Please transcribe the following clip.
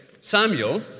Samuel